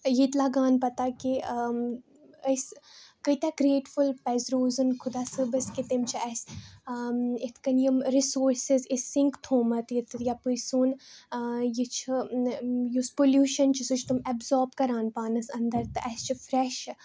ییٚتہِ لَگان پَتہ کہِ أسۍ کۭتیاہ گرٛیٹفُل پَزِ روزُن خُدا صٲبَس کہِ تٔمۍ چھ اسہِ اِتھ کٔنۍ یِم رِسورسِز أسۍ سِنک تھومُت ییٚتہِ یپٲرۍ سون یہِ چھُ یُس پوٚلوٗشَن چھُ سُہ چھِ تِم ایٚبزاب کَران پانَس اندر تہٕ اسہِ چھ فرٛیش